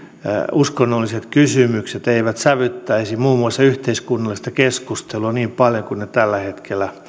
uskonnolliset kysymykset eivät sävyttäisi muun muassa yhteiskunnallista keskustelua niin paljon kuin ne tällä hetkellä